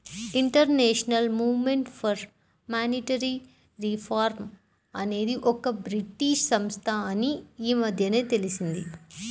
international movement for monetary reform అనేది ఒక British సంస్థ అని ఈ మధ్యనే తెలిసింది